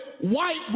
white